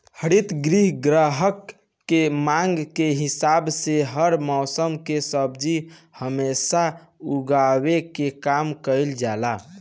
हरित गृह में ग्राहक के मांग के हिसाब से हर मौसम के सब्जी हमेशा उगावे के काम कईल जाला